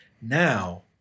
now